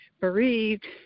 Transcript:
bereaved